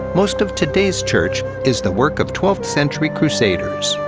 most of today's church is the work of twelfth century crusaders.